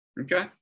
Okay